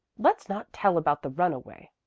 let's not tell about the runaway,